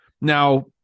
now